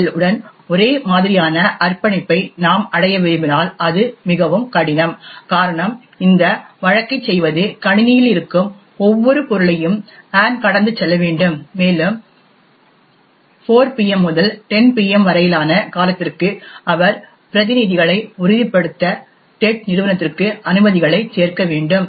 L உடன் ஒரே மாதிரியான அர்ப்பணிப்பை நாம் அடைய விரும்பினால் அது மிகவும் கடினம் காரணம் இந்த வழக்கைச் செய்வது கணினியில் இருக்கும் ஒவ்வொரு பொருளையும் ஆன் கடந்து செல்ல வேண்டும் மேலும் 4PM முதல் 10 PM வரையிலான காலத்திற்கு அவர் பிரதிநிதிகளை உறுதிப்படுத்த டெட் நிறுவனத்திற்கு அனுமதிகளைச் சேர்க்க வேண்டும்